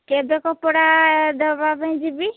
କେବେ କପଡ଼ା ଦେବା ପାଇଁ ଯିବି